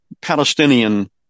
Palestinian